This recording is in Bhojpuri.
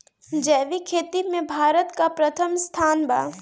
जैविक खेती में भारत का प्रथम स्थान बा